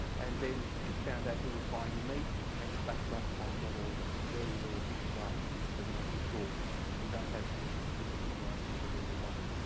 and then found out who was buying the meat and stuck great fines on all of them very, very efficient way of making sure that you don't have continuation of illegal logging.